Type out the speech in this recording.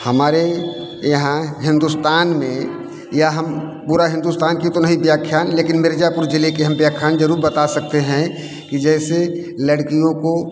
हमारे यहाँ हिंदुस्तान में या हम पूरा हिन्दुस्तान की तो नहीं व्याख्यान लेकिन मिर्जापुर जिले की हम व्याख्यान जरुर बता सकते हैं कि जैसे लड़कियों को